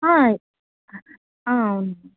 అవును